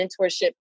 mentorship